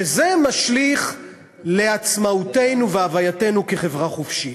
שזה משליך על עצמאותנו והווייתנו כחברה חופשית: